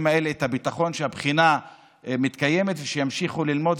האלה את הביטחון שהבחינה מתקיימת ושימשיכו ללמוד.